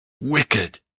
wicked